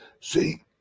See